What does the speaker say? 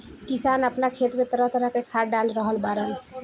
किसान आपना खेत में तरह तरह के खाद डाल रहल बाड़न